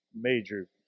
major